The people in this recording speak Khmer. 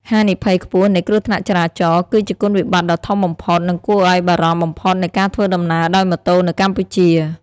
ហានិភ័យខ្ពស់នៃគ្រោះថ្នាក់ចរាចរណ៍ គឺជាគុណវិបត្តិដ៏ធំបំផុត និងគួរឱ្យបារម្ភបំផុតនៃការធ្វើដំណើរដោយម៉ូតូនៅកម្ពុជា។